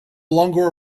longer